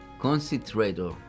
Concentrator